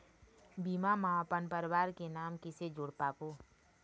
बीमा म अपन परवार के नाम किसे जोड़ पाबो?